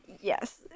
Yes